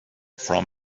from